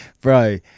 Bro